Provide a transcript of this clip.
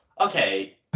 Okay